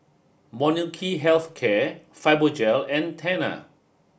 Molnylcke Health Care Fibogel and Tena